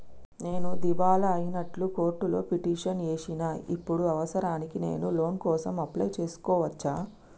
నేను దివాలా అయినట్లు కోర్టులో పిటిషన్ ఏశిన ఇప్పుడు అవసరానికి నేను లోన్ కోసం అప్లయ్ చేస్కోవచ్చా?